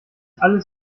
alles